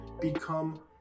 become